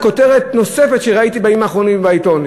כותרת נוספת שראיתי בימים האחרונים בעיתון,